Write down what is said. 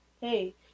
Hey